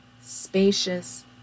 spacious